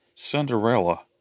Cinderella